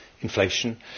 inflation